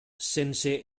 sense